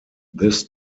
this